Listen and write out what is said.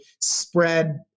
spread